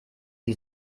die